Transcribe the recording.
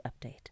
update